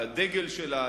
על הדגל שלה,